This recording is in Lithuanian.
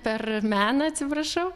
per meną atsiprašau